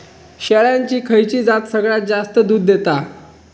शेळ्यांची खयची जात सगळ्यात जास्त दूध देता?